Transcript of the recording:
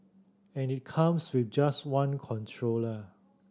and it comes with just one controller